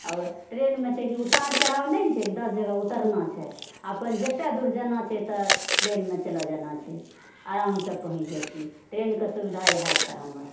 आओर ट्रेनमे छै कि उतार चढ़ाव नहि नहि छै कि दश जगह उतरना छै अपन जतय दूर जाना छै तऽ ट्रेनमे चले जाना छै आरामसँ पहुँचि जाइत छी ट्रेनके सुविधा इएह छै हमर